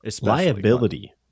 Liability